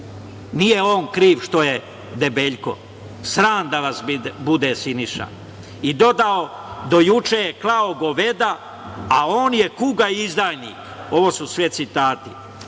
Nije on kriv što je debeljko. Sram da vas bude Siniša. Dodao – do juče klao goveda, a on je kuga i izdajnik. Ovo su sve